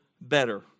better